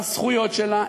בזכויות שלה,